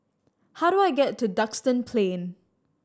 how do I get to Duxton Plain